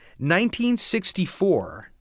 1964